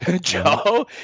Joe